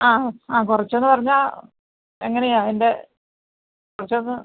ആ ആ കുറച്ചൂന്ന് പറഞ്ഞാൽ എങ്ങനെയാണ് എൻ്റെ കുറച്ചൂന്ന്